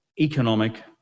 economic